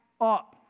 up